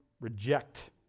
reject